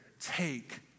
Take